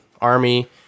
army